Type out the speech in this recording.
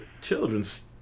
children's